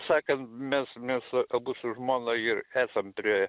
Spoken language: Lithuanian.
sakant mes mes abu su žmona ir esam prie